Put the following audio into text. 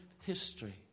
history